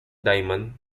diamond